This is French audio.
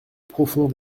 profond